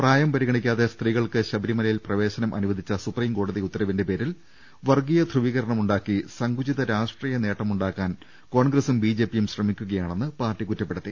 പ്രായം പരിഗണി ക്കാതെ സ്ത്രീകൾക്ക് ശബരിമലയിൽ പ്രവേശനം അനുവദിച്ച സുപ്രീം കോടതി ഉത്തരവിന്റെ പേരിൽ വർഗീയ ധ്രുവീകരണം ഉണ്ടാക്കി സങ്കുചിത രാഷ്ട്രീയ നേട്ടം ഉണ്ടാക്കാൻ കോൺഗ്രസും ബിജെപിയും ശ്രമിക്കുകയാണെന്ന് പാർട്ടി കുറ്റപ്പെടുത്തി